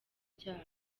ryabo